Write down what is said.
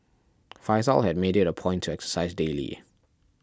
faizal had made it a point to exercise daily